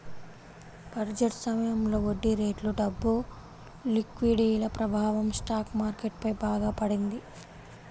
budget సమయంలో వడ్డీరేట్లు, డబ్బు లిక్విడిటీల ప్రభావం స్టాక్ మార్కెట్ పై బాగా పడింది